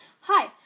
Hi